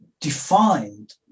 defined